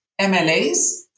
MLAs